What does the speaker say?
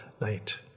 night